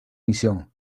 misión